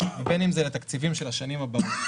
ובין אם זה לתקציבים של השנים הבאות.